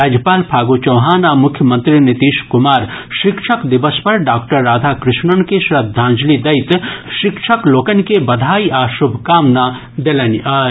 राज्यपाल फागू चौहान आ मुख्यमंत्री नीतीश कुमार शिक्षक दिवस पर डॉक्टर राधाकृष्णन के श्रद्धांजलि दैत शिक्षक लोकनि के बधाई आ शुभकामना देलनि अछि